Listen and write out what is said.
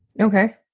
okay